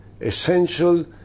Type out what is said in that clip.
essential